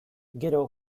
gero